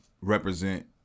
represent